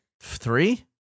Three